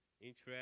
interest